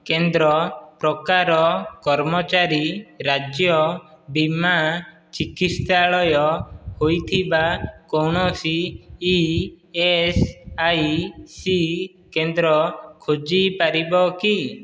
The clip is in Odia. କେନ୍ଦ୍ର ପ୍ରକାର କର୍ମଚାରୀ ରାଜ୍ୟ ବୀମା ଚିକିତ୍ସାଳୟ ହୋଇଥିବା କୌଣସି ଇ ଏସ୍ ଆଇ ସି କେନ୍ଦ୍ର ଖୋଜିପାରିବ କି